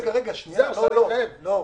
רגע, לא.